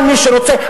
כל מי שרוצה,